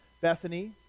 Bethany